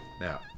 Now